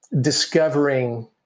discovering